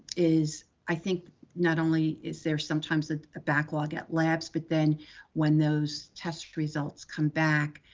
is, i think not only is there sometimes a ah backlog at labs, but then when those test results come back,